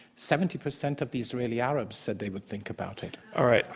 seventy percent of the israeli arabs said they would think about it. all right.